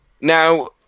Now